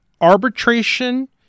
Arbitration